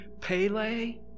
Pele